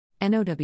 NOW